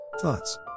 Thoughts